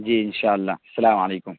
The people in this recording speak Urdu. جی ان شاء اللہ السلام علیکم